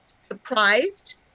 surprised